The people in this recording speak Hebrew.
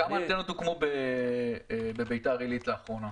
כמה אנטנות הוקמו בביתר עילית לאחרונה?